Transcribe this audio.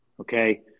okay